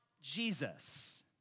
Jesus